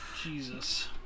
Jesus